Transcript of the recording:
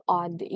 odd